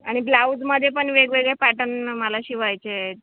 आणि ब्लाउजमध्ये पण वेगवेगळे पॅटर्न मला शिवायचे आहेत